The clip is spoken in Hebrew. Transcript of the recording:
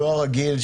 דואר רגיל,